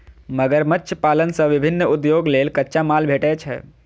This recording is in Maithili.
मगरमच्छ पालन सं विभिन्न उद्योग लेल कच्चा माल भेटै छै